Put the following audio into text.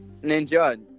Ninja